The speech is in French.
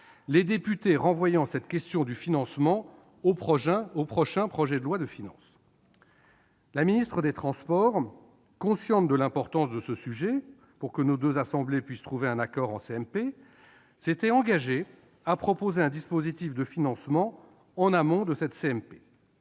les députés renvoyant cette question du financement au prochain projet de loi de finances. La ministre des transports, consciente de l'importance de ce sujet pour que nos deux assemblées puissent trouver un accord en commission mixte paritaire, s'était engagée à proposer un dispositif de financement en amont de celle-ci.